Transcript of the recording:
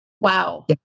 Wow